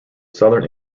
southern